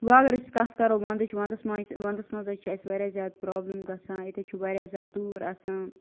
وۄنۍ اگر أسۍ کتھ کرو وَندٕچ وندَس مَنٛز حظ چھِ اَسہِ واریاہ زیادٕ پرابلم گَژھان ییٚتہِ حظ چھ واریاہ زیاد تۭر آسان